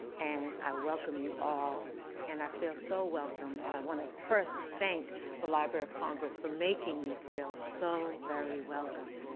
and i welcome you all and i feel so welcome and i want to first thank the library of congress for making me feel so very welcome.